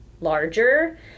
larger